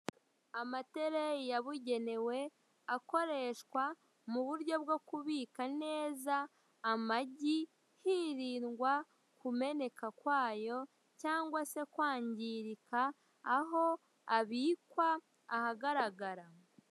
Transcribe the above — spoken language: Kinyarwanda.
Amatereyi yabugenewe, akoreshwa mu buryo bwo kubika neza amagi, hirindwa kumeneka kwayo cyangwa se kwangirika aho abikwa ahagaragara.